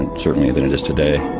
and certainly that it is today.